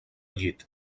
llit